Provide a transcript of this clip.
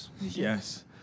Yes